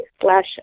slash